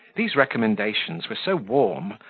these recommendations were so warm,